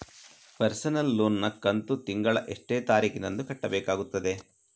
Personal loan ನ ಕಂತು ತಿಂಗಳ ಎಷ್ಟೇ ತಾರೀಕಿನಂದು ಕಟ್ಟಬೇಕಾಗುತ್ತದೆ?